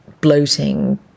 bloating